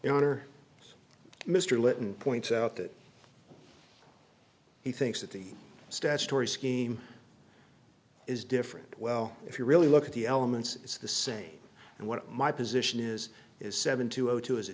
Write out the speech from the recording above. dr mr lytton points out that he thinks that the statutory scheme is different well if you really look at the elements it's the same and what my position is is seven two zero two as a